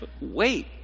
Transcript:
Wait